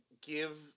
give